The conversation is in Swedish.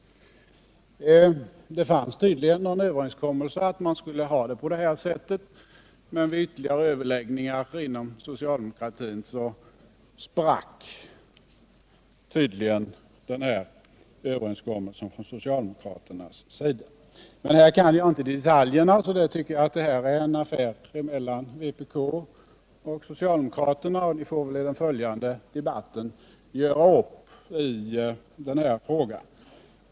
Det fanns tydligen en överenskommelse om att man skulle ha det på det här sättet, men efter ytterligare överläggningar inom socialdemokratin gick man tydligen ifrån den här överenskommelsen. Men i detta avseende känner jag inte till detaljerna, och jag tycker att detta är en affär mellan vpk och socialdemokraterna. Ni får väl i den följande debatten göra upp i den här frågan.